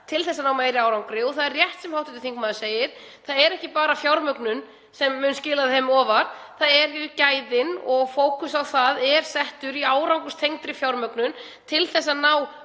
til að ná meiri árangri. Það er rétt sem hv. þingmaður segir að það er ekki bara fjármögnun sem mun skila þeim ofar, það eru gæðin og fókus á það er settur í árangurstengdri fjármögnun til að ná